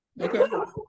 Okay